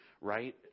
right